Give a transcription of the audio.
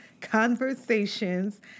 conversations